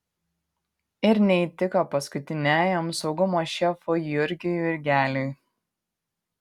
ir neįtiko paskutiniajam saugumo šefui jurgiui jurgeliui